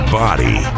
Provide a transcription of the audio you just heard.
body